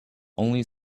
only